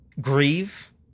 Grieve